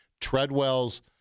Treadwell's